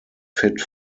fit